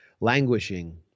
languishing